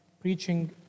preaching